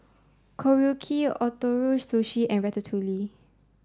Korokke Ootoro Sushi and Ratatouille